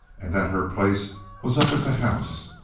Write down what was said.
and that her place was up at the house.